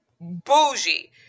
bougie